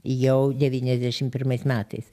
jau devyniasdešim pirmais metais